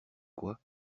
quoi